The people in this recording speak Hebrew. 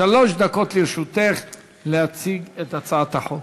שלוש דקות לרשותך להציג את הצעת החוק.